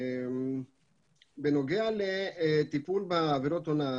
בנוגע לטיפול בעבירות הונאה.